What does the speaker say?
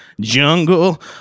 Jungle